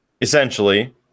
essentially